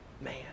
man